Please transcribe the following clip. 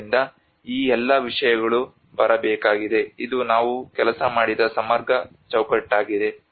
ಆದ್ದರಿಂದ ಈ ಎಲ್ಲಾ ವಿಷಯಗಳು ಬರಬೇಕಾಗಿದೆ ಇದು ನಾವು ಕೆಲಸ ಮಾಡಿದ ಸಮಗ್ರ ಚೌಕಟ್ಟಾಗಿದೆ